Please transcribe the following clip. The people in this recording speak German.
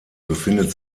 befindet